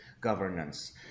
governance